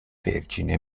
vergine